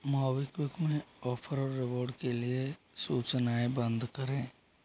मोवीक्विक में ऑफ़र और रिवॉर्ड के लिए सूचनाएँ बंद करें